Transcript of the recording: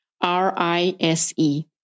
R-I-S-E